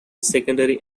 secondary